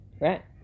Right